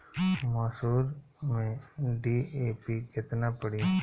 मसूर में डी.ए.पी केतना पड़ी?